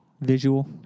Visual